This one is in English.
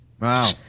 Wow